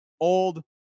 old